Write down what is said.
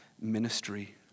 ministry